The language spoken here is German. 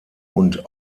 und